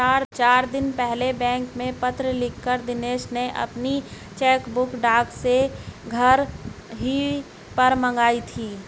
चार दिन पहले बैंक में पत्र लिखकर दिनेश ने अपनी चेकबुक डाक से घर ही पर मंगाई थी